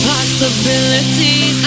Possibilities